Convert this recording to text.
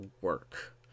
work